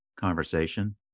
conversation